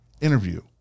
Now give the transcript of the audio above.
interview